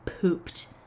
pooped